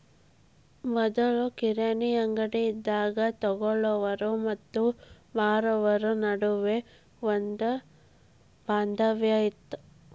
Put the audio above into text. ಮೊದ್ಲು ಕಿರಾಣಿ ಅಂಗ್ಡಿ ಇದ್ದಾಗ ತೊಗೊಳಾವ್ರು ಮತ್ತ ಮಾರಾವ್ರು ನಡುವ ಒಂದ ಬಾಂಧವ್ಯ ಇತ್ತ